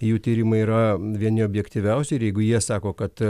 jų tyrimai yra vieni objektyviausių ir jeigu jie sako kad